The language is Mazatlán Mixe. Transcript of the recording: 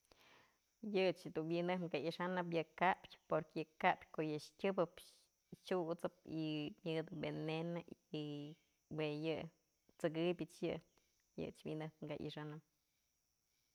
Yë ëch dun wi'injëp dun ka i'ixanëp yë kaytypë porque yë kaytypë ko'o yë tyëpëp t'syusëp y myëd veneno y jue yë t'sëkëpyëch yë, yë ëch wi'injëp ka i'ixanëp.